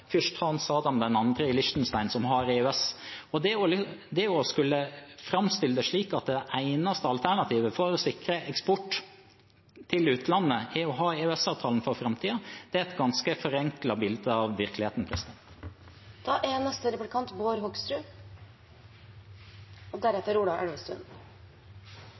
å framstille det slik at det eneste alternativet for å sikre eksport til utlandet er å ha EØS-avtalen for framtiden, er et ganske forenklet bilde av virkeligheten.